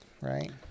Right